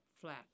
flat